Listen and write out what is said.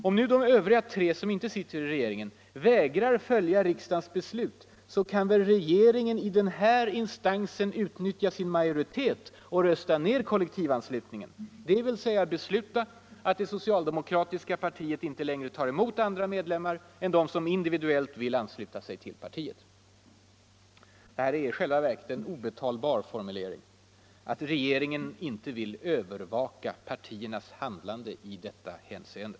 Om nu de övriga tre, som inte sitter i regeringen, vägrar följa riksdagens beslut så kan väl regeringen i den här instansen att det socialdemokratiska partiet inte längre tar emot andra medlemmar Tisdagen den än de som individuellt vill ansluta sig till partiet. 11 februari 1975 Det är i själva verket en obetalbar formulering att regeringen inte vill sen sten nit ”övervaka partiernas handlande i detta hänseende”.